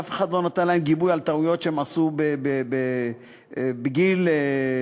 ואף אחד לא נתן להם גיבוי על טעויות שהם עשו בגיל צעיר,